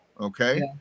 Okay